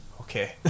Okay